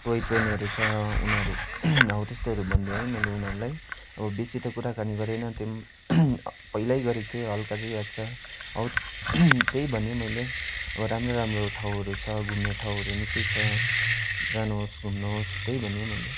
toy ट्रेनहरू छ उनीहरू हौ त्यस्तोहरू भन्दै है मैले उनीहरूलाई अब बेसी त कुराकानी गरेन त्यो पहिल्यै गरेको थिएँ हल्का चाहिँ याद छ हौ त्यही भने मैले अब राम्रो राम्रो ठाउँहरू छ घुम्ने ठाउँहरू निकै छ जानु होस् घुम्नु होस् त्यही भने मैले